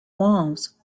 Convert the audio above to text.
walls